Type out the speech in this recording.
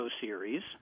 series